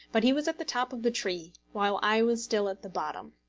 but he was at the top of the tree, while i was still at the bottom.